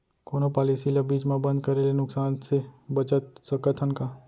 कोनो पॉलिसी ला बीच मा बंद करे ले नुकसान से बचत सकत हन का?